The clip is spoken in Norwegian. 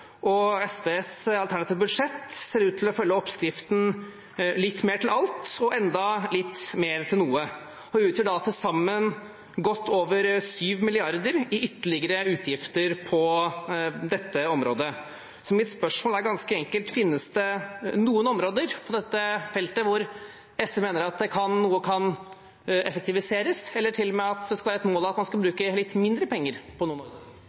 og SVs alternative budsjett ser ut til å følge oppskriften «litt mer til alt» og «enda litt mer til noe», og utgjør da til sammen godt over 7 mrd. kr i ytterligere utgifter på dette området. Så mitt spørsmål er ganske enkelt: Finnes det noen områder på dette feltet hvor SV mener at noe kan effektiviseres, eller til og med at det skal være et mål at man skal bruke litt mindre penger på noen